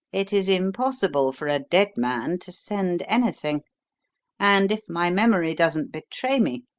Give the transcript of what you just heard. it is impossible for a dead man to send anything and, if my memory doesn't betray me,